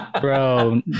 Bro